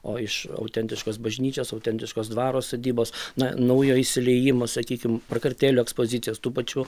o iš autentiškos bažnyčios autentiškos dvaro sodybos na naujo įsiliejimo sakykim prakartėlių ekspozicijos tų pačių